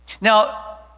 Now